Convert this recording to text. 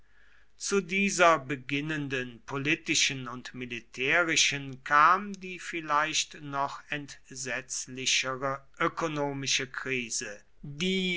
zu dieser beginnenden politischen und militärischen kam die vielleicht noch entsetzlichere ökonomische krise die